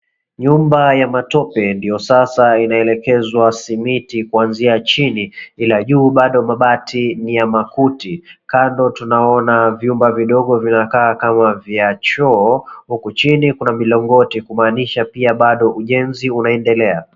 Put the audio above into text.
Nyumba ya matope ndio sasa inaelekezwa simiti kuanzia chini ila juu bado mabati ni ya makuti. Kando tunaona vyumba vidogo vinakaa kama vya choo, huku chini kuna milongoti kumaanisha kuwa bado ujenzi unaendelea.